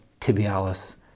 tibialis